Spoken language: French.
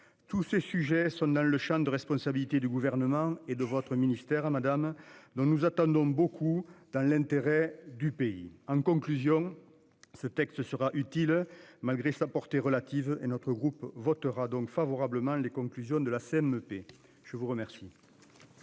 Tous ces sujets sont dans le Champ de responsabilité du gouvernement et de votre ministère à Madame dont nous attendons beaucoup dans l'intérêt du pays. En conclusion, ce texte sera utile. Malgré sa portée relative et notre groupe votera donc favorablement les conclusions de la CMP. Je vous remercie.